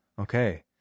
Okay